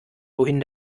wohin